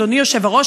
אדוני היושב-ראש.